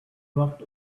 walked